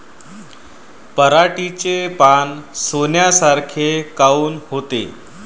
पराटीचे पानं डोन्यासारखे काऊन होते?